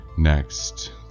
Next